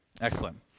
Excellent